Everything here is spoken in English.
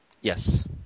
Yes